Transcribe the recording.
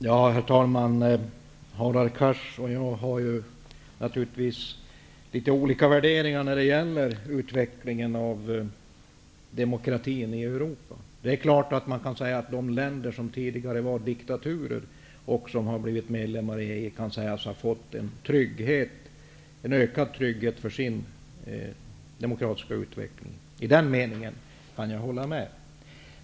Herr talman! Hadar Cars och jag har naturligtvis litet olika värderingar när det gäller utvecklingen av demokratin i Europa. Det är klart att man kan säga att de länder som tidigare var diktaturer och som har blivit medlemmar i EG kan sägas ha fått en ökad trygghet för sin demokratiska utveckling. I den meningen kan jag hålla med.